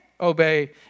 obey